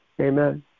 Amen